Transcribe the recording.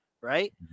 right